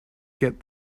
get